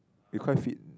he quite fit